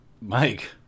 Mike